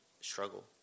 struggle